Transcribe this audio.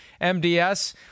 MDS